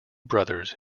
brothers